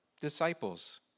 disciples